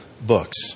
books